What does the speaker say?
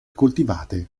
coltivate